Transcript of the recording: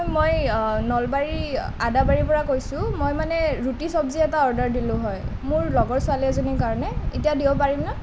অ মই নলবাৰী আদাবাৰীৰ পৰা কৈছোঁ মই মানে ৰুটি ছব্জি এটা অৰ্ডাৰ দিলোঁ হয় মোৰ লগৰ ছোৱালী এজনীৰ কাৰণে এতিয়া দিব পাৰিমনে